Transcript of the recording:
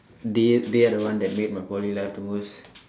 they are they are the one that made my Poly life the most